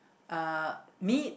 uh meat